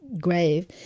grave